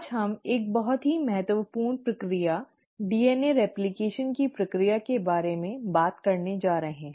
आज हम एक बहुत ही महत्वपूर्ण प्रक्रिया डीएनए प्रतिकृति की प्रक्रिया के बारे में बात करने जा रहे हैं